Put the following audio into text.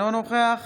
אינו נוכח